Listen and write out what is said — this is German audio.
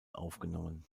aufgenommen